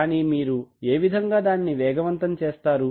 కానీ మీరు ఏ విధంగా దానిని వేగవంతం చేస్తారు